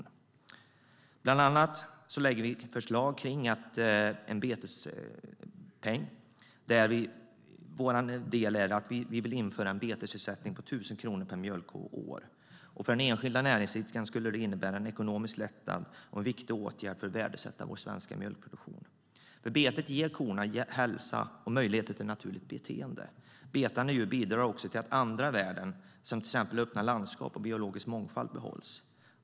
Vi lägger bland annat fram förslag på en betespeng. Vi vill införa en betesersättning på 1 000 kronor per mjölkko och år. För den enskilda näringsidkaren skulle det innebära en ekonomisk lättnad, och det är en viktig åtgärd för att värdesätta vår svenska mjölkproduktion. Betet ger korna bättre hälsa och möjlighet till naturligt beteende. Betande djur bidrar också till att andra värden, exempelvis öppna landskap och biologisk mångfald, behålls.